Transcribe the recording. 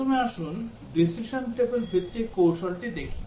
প্রথমে আসুন decision table ভিত্তিক কৌশলটি দেখি